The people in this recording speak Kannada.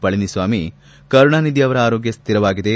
ಪಳನಿಸ್ವಾಮಿ ಕರುಣಾನಿಧಿ ಅವರ ಆರೋಗ್ವ ಸ್ವಿರವಾಗಿದೆ